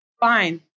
fine